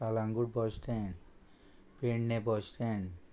Calangute bus stand Pedne bus stand